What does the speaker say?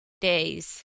days